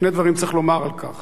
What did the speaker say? ששני דברים צריך לומר על כך.